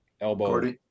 Elbow